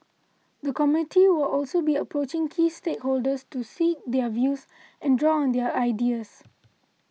the committee will also be approaching key stakeholders to seek their views and draw on their ideas